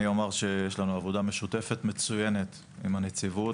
יש לנו עבודה משותפת ומצוינת עם הנציבות,